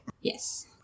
Yes